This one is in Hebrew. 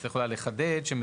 אז צריך אולי לחדד שמדובר